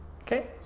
Okay